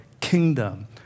kingdom